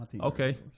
Okay